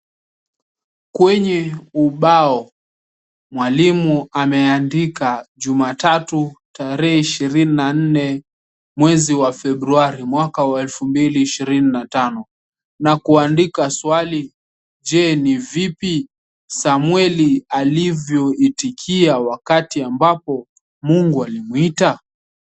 Kwenye ubao mwalimu ameandika Jumatatu tarehe ishini na nne mwezi wa Februari mwaka wa elfu mbili ishirini na tano na kuandika swali je ni vipi Samweli alivyoitikia wakati ambapo Mungu alimuita?